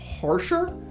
harsher